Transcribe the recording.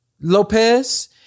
Lopez